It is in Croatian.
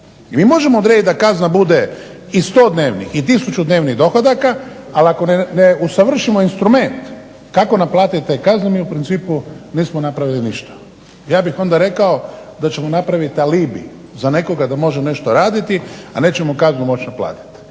I mi možemo odrediti da kazna bude i sto dnevnih i tisuću dnevnih dohodaka, ali ako ne usavršimo instrument kako naplatiti te kazne mi u principu nismo napravili ništa. Ja bih onda rekao da ćemo napraviti alibi za nekoga da može nešto raditi, a nećemo mu kaznu moći naplatiti.